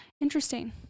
interesting